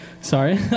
Sorry